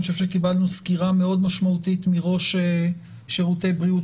אני חושב שקיבלנו סקירה מאוד משמעותית מראש שרותי בריאות